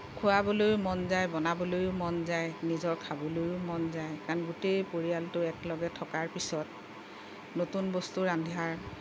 খোৱাবলৈও মন যায় বনাবলৈও মন যায় নিজৰ খাবলৈও মন যায় কাৰণ গোটেই পৰিয়ালটো একেলগে থকাৰ পিছত নতুন বস্তু ৰন্ধাৰ